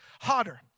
hotter